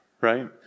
Right